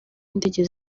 indege